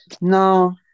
no